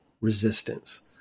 resistance